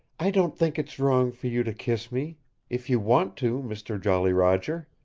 i don't think it's wrong for you to kiss me if you want to, mister jolly roger!